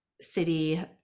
city